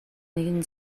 нэгэн